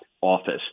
office